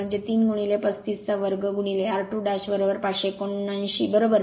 म्हणजे 3 35 2 r2 579 बरोबर